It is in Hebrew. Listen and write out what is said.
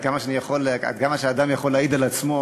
עד כמה שאדם יכול להעיד על עצמו,